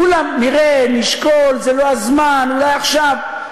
כולם, נראה, נשקול, זה לא הזמן, אולי עכשיו.